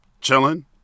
chilling